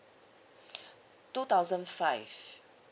two thousand five